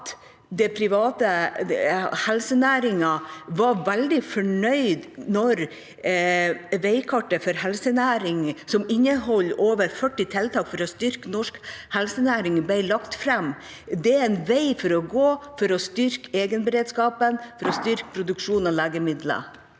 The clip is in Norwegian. den private helsenæringen var veldig fornøyd da veikartet for helsenæringen, som inneholder over 40 tiltak for å styrke norsk helsenæring, ble lagt fram. Det er en vei å gå for å styrke egenberedskapen, for å styrke produksjon av legemidler.